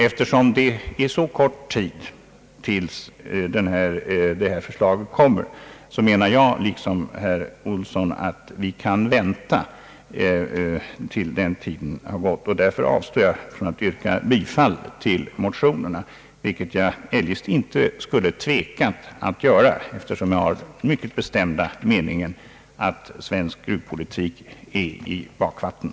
Eftersom det är så kort tid tills detta förslag kommer, anser jag liksom herr Ohlsson att vi bör kunna vänta den tiden. Jag avstår därför från att yrka bifall till motionerna, vilket jag eljest inte skulle tveka att göra, eftersom jag har den mycket bestämda meningen att svensk gruvpolitik är i bakvatten.